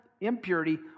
impurity